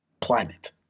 planet